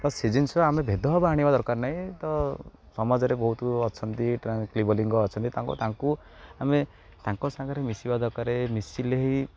ତ ସେ ଜିନିଷ ଆମେ ଭେଦ ହବ ଆଣିବା ଦରକାର ନାହିଁ ତ ସମାଜରେ ବହୁତ ଅଛନ୍ତି କ୍ଲିବଲିଙ୍ଗ ଅଛନ୍ତି ତାଙ୍କୁ ତାଙ୍କୁ ଆମେ ତାଙ୍କ ସାଙ୍ଗରେ ମିଶିବା ଦରକାର ମିଶିଲେ ହିଁ